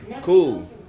cool